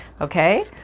Okay